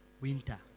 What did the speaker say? winter